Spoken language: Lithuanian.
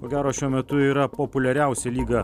ko gero šiuo metu yra populiariausia lyga